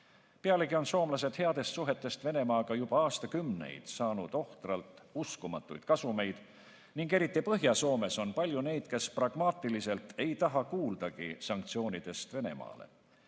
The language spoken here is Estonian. Pealegi on soomlased headest suhetest Venemaaga juba aastakümneid saanud ohtralt uskumatut kasumit, eriti Põhja-Soomes on palju neid, kes pragmaatiliselt ei taha kuuldagi sanktsioonidest Venemaa